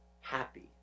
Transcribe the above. happy